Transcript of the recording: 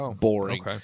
boring